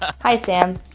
ah hi, sam.